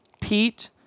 Pete